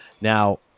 Now